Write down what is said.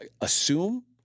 assume